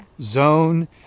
zone